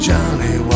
Johnny